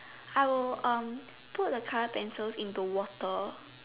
I will um put the color pencil in the water